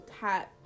hat